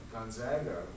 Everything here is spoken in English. Gonzaga